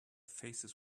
faces